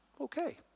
Okay